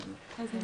לכולם.